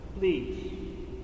please